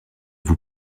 vous